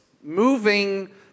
moving